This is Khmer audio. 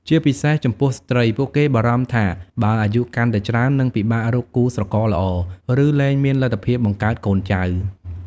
ជាពិសេសចំពោះស្ត្រី ពួកគេបារម្ភថាបើអាយុកាន់តែច្រើន នឹងពិបាករកគូស្រករល្អ ឬលែងមានលទ្ធភាពបង្កើតកូនចៅ។